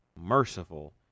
merciful